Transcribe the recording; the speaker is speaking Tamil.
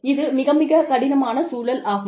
இது மிக மிகக் கடினமான சூழல் ஆகும்